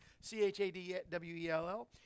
C-H-A-D-W-E-L-L